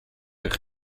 eich